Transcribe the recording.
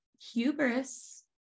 hubris